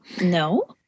No